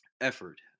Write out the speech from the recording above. effort